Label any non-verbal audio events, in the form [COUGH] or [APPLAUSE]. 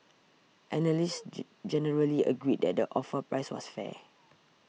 analysts [UNINTELLIGIBLE] generally agreed that the offer price was fair